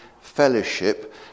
fellowship